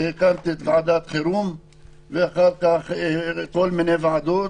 הקמתי ועדת חירום ואחר כך כל מיני ועדות,